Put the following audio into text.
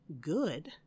good